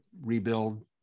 rebuild